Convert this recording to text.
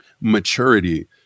maturity